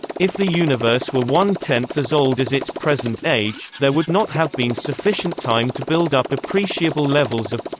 if the universe were one tenth as old as its present age, there would not have been sufficient time to build up appreciable levels of